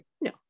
no